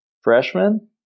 freshman